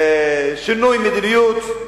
על שינוי מדיניות.